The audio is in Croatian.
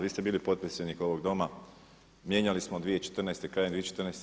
Vi ste bili potpredsjednik ovog doma, mijenjali smo 2014., krajem 2014.